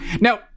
Now